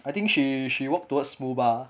I think she she walked towards smoo bar